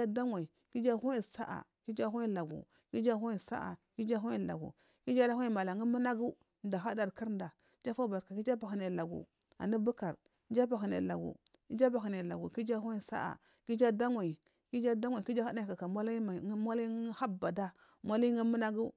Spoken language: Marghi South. adawayi ku uju ahuyi saa ku uju ahuyi laju ku ujuwo ahuyi saa ku uju ahuyi lagu ka uju ara huyi mala un munagu kuda ahadar kurda ku uju abakunsi lagu anu bukar ku uju abaku nai lagu kuju ahuyi saa ku u ju adawayi ku uju adawayi ku uju ahadari kaka maliyiiun labada un muna gu.